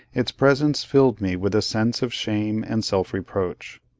its presence filled me with a sense of shame and self-reproach.